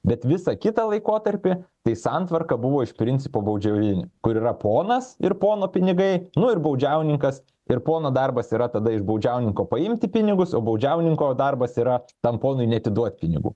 bet visą kitą laikotarpį tai santvarka buvo iš principo baudžiavinė kur yra ponas ir pono pinigai nu ir baudžiauninkas ir pono darbas yra tada iš baudžiauninko paimti pinigus o baudžiauninko darbas yra tam ponui neatiduot pinigų